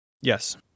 Yes